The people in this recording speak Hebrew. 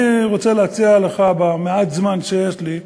אני רוצה להציע לך, במעט הזמן שיש לי,